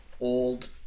old